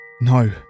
No